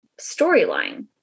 storyline